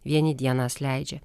vieni dienas leidžia